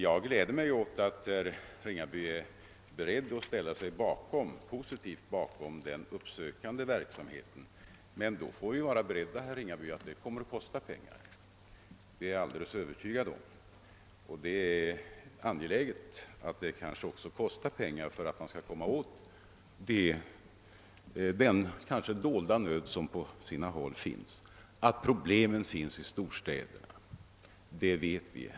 Jag gläder mig åt att herr Ringaby är beredd att ställa sig positiv till den uppsökande verksamheten. Vi får emellertid vara beredda, herr Ringaby, att det kommer att kosta pengar, om man skall komma åt den dolda nöd som kan finnas. Att problemen finns i storstäderna, det vet vi.